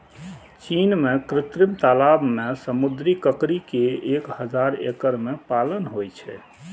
चीन मे कृत्रिम तालाब मे समुद्री ककड़ी के एक हजार एकड़ मे पालन होइ छै